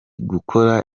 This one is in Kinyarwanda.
gukora